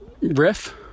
riff